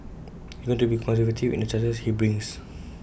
he is going to be conservative in the charges he brings